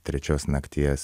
trečios nakties